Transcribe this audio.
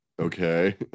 okay